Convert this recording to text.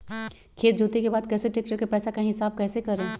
खेत जोते के बाद कैसे ट्रैक्टर के पैसा का हिसाब कैसे करें?